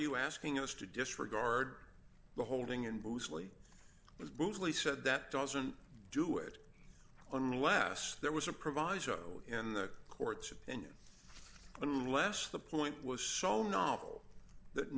you asking us to disregard the holding and muesli was brutally said that doesn't do it unless there was a proviso in the court's opinion unless the point was so novel that